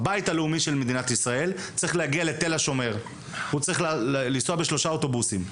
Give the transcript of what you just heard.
וצריך להגיע לתל השומר צריך לנסוע בשלושה אוטובוסים.